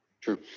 True